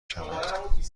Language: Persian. شود